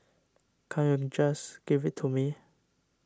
can't you just give it to me